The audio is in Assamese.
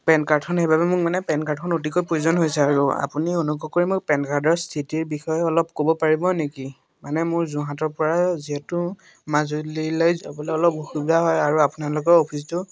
পেন কাৰ্ডখন সেইবাবে মোক মানে পেন কাৰ্ডখন অতিকৈ প্ৰয়োজন হৈছে আৰু আপুনি অনুগ্ৰহ কৰি মোক পেন কাৰ্ডৰ স্থিতিৰ বিষয়ে অলপ ক'ব পাৰিব নেকি মানে মোৰ যোৰহাটৰ পৰা যিহেতু মাজুলীলৈ যাবলৈ অলপ অসুবিধা হয় আৰু আপোনালোকৰ অফিচটো